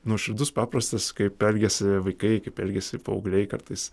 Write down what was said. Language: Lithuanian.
nuoširdus paprastas kaip elgiasi vaikai kaip elgiasi paaugliai kartais